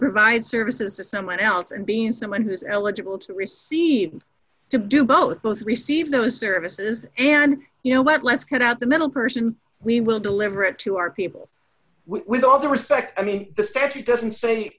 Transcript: provide services to someone else and being someone who's eligible to receive to do both both receive those services and you know what let's get out the middle person we will deliver it to our people with all due respect i mean the statute doesn't say